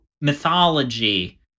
mythology